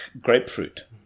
grapefruit